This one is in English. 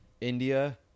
India